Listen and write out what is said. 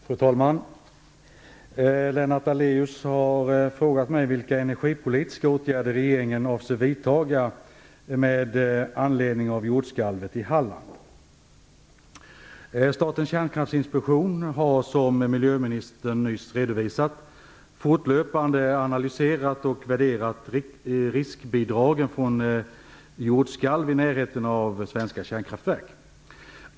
Fru talman! Lennart Daléus har frågat mig vilka energipolitiska åtgärder regeringen avser vidta med anledning av jordskalvet i Halland. Statens kärnkraftinspektion har - som miljöministern nyss redovisat - fortlöpande analyserat och värderat riskbidragen från jordskalv i närheten av svenska kärnkraftverk.